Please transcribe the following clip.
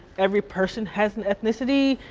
every person has an ethnicity,